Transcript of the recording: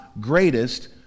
greatest